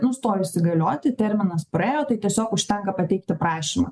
nustojusi galioti terminas praėjo tai tiesiog užtenka pateikti prašymą